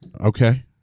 Okay